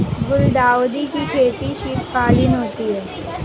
गुलदाउदी की खेती शीतकालीन होती है